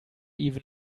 even